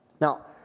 Now